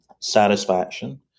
satisfaction